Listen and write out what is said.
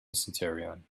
centurion